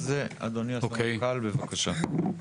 אז אדוני הסמפכ״ל, בבקשה.